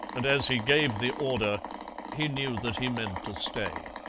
and as he gave the order he knew that he meant to stay.